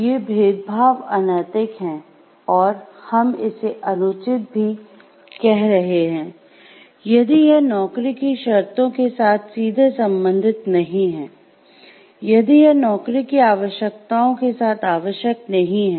ये भेदभाव अनैतिक हैं और हम इसे अनुचित भी कह रहे हैं यदि यह नौकरी की शर्तों के साथ सीधे संबंधित नहीं है यदि यह नौकरी की आवश्यकताओं के साथ आवश्यक नहीं है